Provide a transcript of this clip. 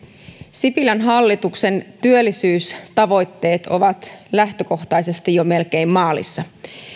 sipilän hallituksen työllisyystavoitteet ovat lähtökohtaisesti jo melkein maalissa